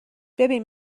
ببین